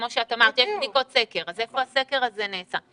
כמו שאמרת, יש בדיקת סקר אז איפה הסקר הזה נעשה?